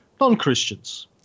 non-Christians